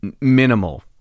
minimal